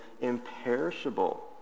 imperishable